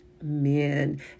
amen